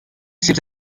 سیب